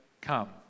come